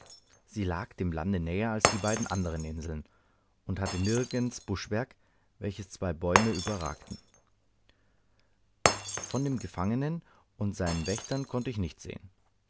sie lag dem lande näher als die beiden andern inseln und hatte niedriges buschwerk welches zwei bäume überragten von dem gefangenen und seinen wächtern konnte ich nichts sehen